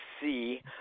see